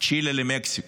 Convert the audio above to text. צ'ילה למקסיקו.